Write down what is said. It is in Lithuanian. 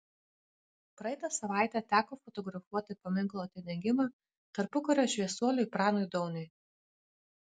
praeitą savaitę teko fotografuoti paminklo atidengimą tarpukario šviesuoliui pranui dauniui